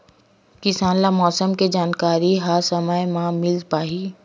किसान ल मौसम के जानकारी ह समय म मिल पाही?